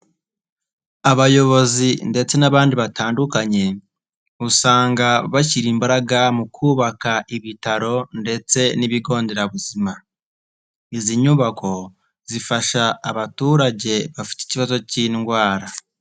Abayobozi ndetse n'abandi batandukanye, usanga bashyira imbaraga mu kubaka ibitaro ndetse n'ibigo nderabuzima. Izi nyubako zifasha abaturage bafite ikibazo k'indwara.